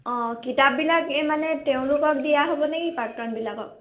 অঁ কিতাপবিলাক এই মানে তেওঁলোকক দিয়া হ'ব নেকি প্ৰাক্তনবিলাকক